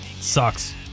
sucks